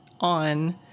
on